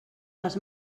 les